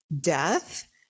death